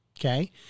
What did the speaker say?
Okay